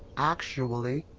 actually,